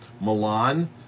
Milan